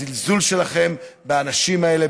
על הזלזול שלכם באנשים האלה,